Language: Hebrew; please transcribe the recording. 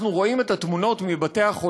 אנחנו רואים את התמונות מבתי-החולים,